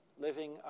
living